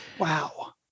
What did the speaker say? Wow